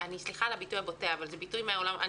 סליחה על הביטוי הבוטה אבל זה ביטוי מן העולם הזה.